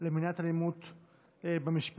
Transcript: למניעת אלימות במשפחה,